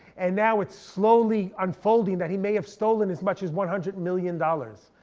and now it's slowly unfolding that he may have stolen as much as one hundred million dollars.